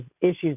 issues